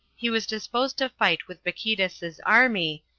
he was disposed to fight with bacchides's army,